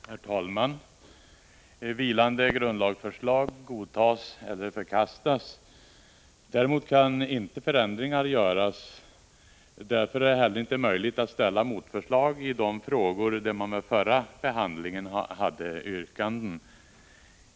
Herr talman! Vilande grundlagsförslag godtas eller förkastas. Däremot kan inte förändringar göras. Därför är det heller inte möjligt att ställa motförslag i de frågor där man vid förra behandlingen hade yrkanden.